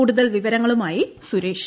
കൂടുതൽ വിവരങ്ങളുമായി സുരേഷ്